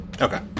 Okay